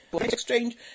Exchange